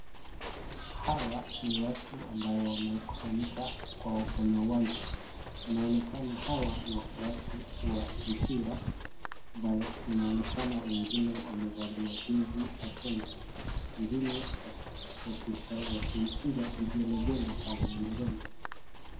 Hawa ni watu ambayo wamekusanyika kwa kwenye uwanja inaonekana hawa ni wafuasi wa mpira ambayo inaonekana wengine wamevalia jezi ya Kenya, wengine wakisha wakipiga vigelegele pale na nderemo.